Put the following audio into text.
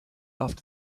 after